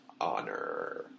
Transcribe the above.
honor